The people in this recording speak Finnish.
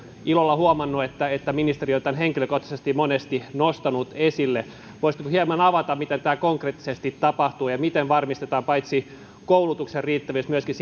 ilolla huomannut että ministeri on tämän henkilökohtaisesti monesti nostanut esille voisitteko hieman avata miten tämä konkreettisesti tapahtuu ja ja miten varmistetaan paitsi koulutuksen riittävyys myöskin